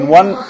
one